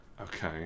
Okay